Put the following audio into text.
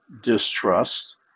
distrust